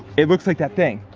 it looks like that thing,